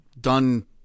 done